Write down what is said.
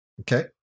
Okay